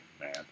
man